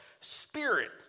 spirit